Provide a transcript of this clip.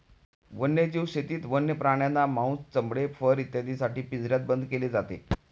वन्यजीव शेतीत वन्य प्राण्यांना मांस, चामडे, फर इत्यादींसाठी पिंजऱ्यात बंद केले जाते